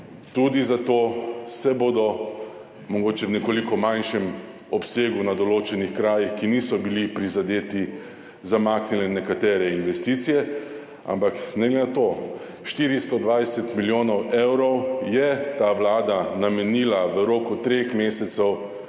tudi zato se bodo mogoče v nekoliko manjšem obsegu na določenih krajih, ki niso bili prizadeti, zamaknile nekatere investicije, ampak ne glede na to, 420 milijonov evrov je ta vlada namenila v roku treh mesecev